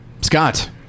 scott